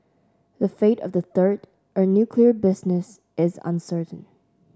the fate of the third a nuclear business is uncertain